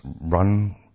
run